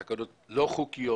תקנות לא חוקיות,